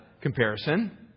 comparison